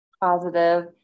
positive